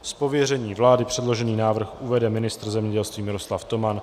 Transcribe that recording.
Z pověření vlády předložený návrh uvede ministr zemědělství Miroslav Toman.